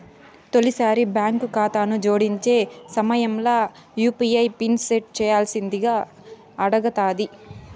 తొలిసారి బాంకు కాతాను జోడించే సమయంల యూ.పీ.ఐ పిన్ సెట్ చేయ్యాల్సిందింగా అడగతాది